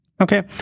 Okay